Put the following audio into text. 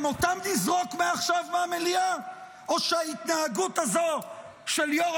גם אותם תזרוק מעכשיו מהמליאה או שההתנהגות הזו של יו"ר